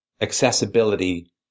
accessibility